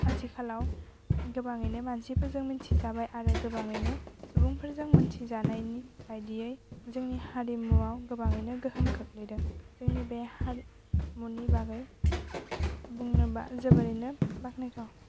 आथिखालाव गोबाङैनो मानसिफोरजों मोन्थि जाबाय आरो गोबाङैनो सुबुंफोरजों मोन्थि जानायनि बायदियै जोंनि हारिमुवाव गोबाङैनो गोहोम खोख्लैदों जोंनि बे हारिमुनि बागै बुंनोबा जोबोरैनो बाखनायथाव